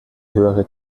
höhere